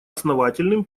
основательным